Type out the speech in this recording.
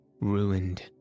ruined